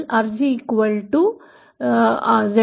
RGZo स्क्वेअरRL आहे